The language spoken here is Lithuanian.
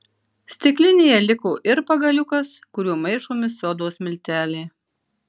stiklinėje liko ir pagaliukas kuriuo maišomi sodos milteliai